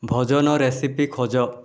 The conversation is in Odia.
ଭୋଜନ ରେସିପି ଖୋଜ